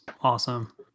Awesome